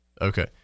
okay